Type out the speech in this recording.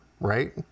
right